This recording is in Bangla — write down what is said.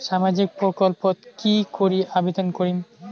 সামাজিক প্রকল্পত কি করি আবেদন করিম?